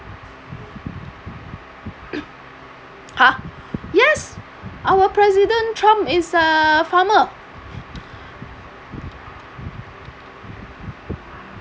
!huh! yes our president trump is a farmer